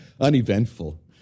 uneventful